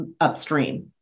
upstream